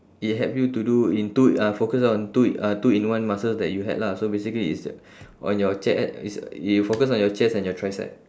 it help you to do in two ah focus on two uh two in one muscles that you had lah so basically it's on your che~ it's it focus on your chest and your tricep